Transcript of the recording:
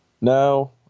no